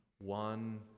One